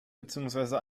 beziehungsweise